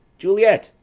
juliet!